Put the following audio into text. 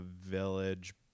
Village